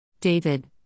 David